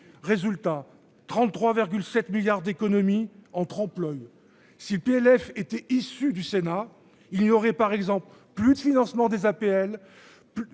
Résultat, 33,7 milliards d'économies en trompe-l'oeil si PLF était issu du Sénat il n'y aurait par exemple plus de financement des APL